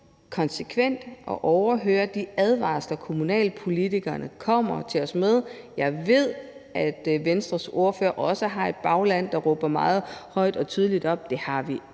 vælger konsekvent at overhøre de advarsler, kommunalpolitikerne kommer til os med – jeg ved, at Venstres ordfører også har et bagland, der råber meget højt og tydeligt op; det har vi alle